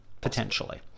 potentially